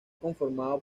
conformado